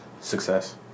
success